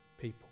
people